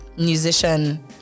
musician